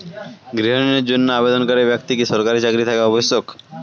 গৃহ ঋণের জন্য আবেদনকারী ব্যক্তি কি সরকারি চাকরি থাকা আবশ্যক?